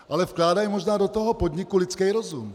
Ale vkládají možná do toho podniku lidský rozum.